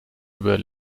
über